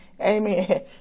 Amen